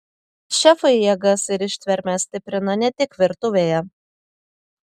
šefai jėgas ir ištvermę stiprina ne tik virtuvėje